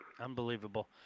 Unbelievable